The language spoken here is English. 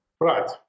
Right